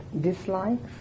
dislikes